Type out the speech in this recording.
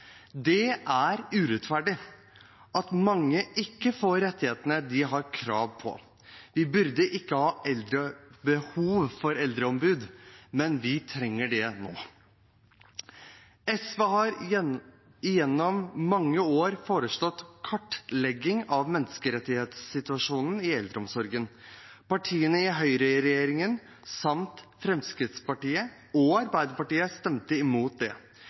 Det er urettferdig at mange ikke får rettighetene de har krav på. Vi burde ikke ha behov for eldreombud, men vi trenger det nå. SV har gjennom mange år foreslått kartlegging av menneskerettighetssituasjonen i eldreomsorgen. Partiene i høyreregjeringen samt Fremskrittspartiet og Arbeiderpartiet stemte mot det.